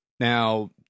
Now